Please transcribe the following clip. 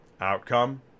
Outcome